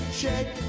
shake